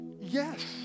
Yes